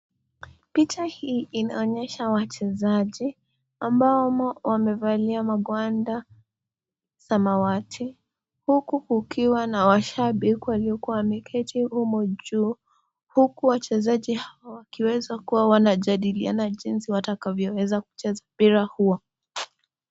Picha hii inaonesha wachezaji ambao wamevalia magwanda samawati ,huku kukiwa na mashabiki waliokua wameketu humo juu huku wachezaji hawa wakiweza kua wanajadiliana jinsi watakavyo cheza mpira huo.